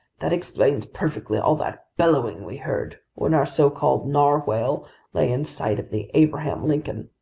that explains perfectly all that bellowing we heard, when our so-called narwhale lay in sight of the abraham lincoln.